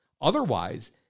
Otherwise